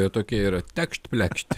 jie tokie yra tekšt plekšt